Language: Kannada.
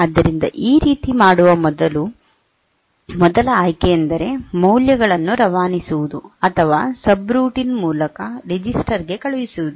ಆದ್ದರಿಂದ ಈ ರೀತಿ ಮಾಡುವ ಮೊದಲ ಆಯ್ಕೆಯೆಂದರೆ ಮೌಲ್ಯಗಳನ್ನು ರವಾನಿಸುವುದು ಅಥವಾ ಸಬ್ರುಟೀನ್ ಮೂಲಕ ರಿಜಿಸ್ಟರ್ ಗೆ ಕಳುಹಿಸುವುದು